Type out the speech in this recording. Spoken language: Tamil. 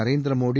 நரேந்திர மோதி